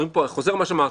אני חוזר על מה שאמרתי,